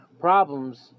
Problems